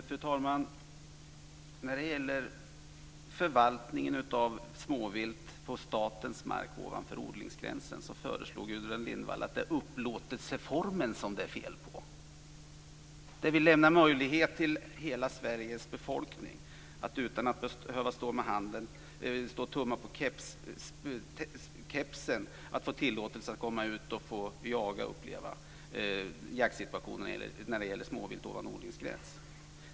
Fru talman! När det gäller förvaltningen av småvilt på statens mark ovanför odlingsgränsen har Gudrun Lindvall hävdat att det är upplåtelseformen som det är fel på. Vi lämnar möjlighet för hela Sveriges befolkning att utan att behöva stå och tumma på kepsen komma ut och uppleva jaktsituationen ovanför odlingsgränsen.